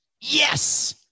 Yes